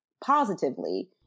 positively